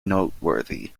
noteworthy